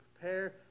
prepare